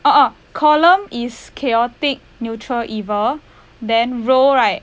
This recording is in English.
orh orh column is chaotic neutral evil then row right